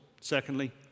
Secondly